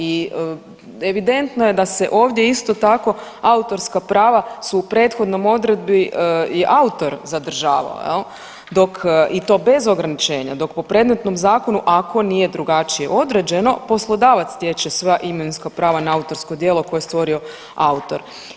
I evidentno je da se ovdje isto tako autorska prava su u prethodnoj odredbi i autor zadržavao jel, dok i to bez ograničenja, dok po predmetnom zakonu ako nije drugačije određeno poslodavac stječe sva imovinska prava na autorsko djelo koje je stvorio autor.